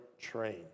train